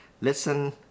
listen